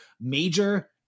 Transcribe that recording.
major